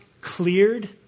cleared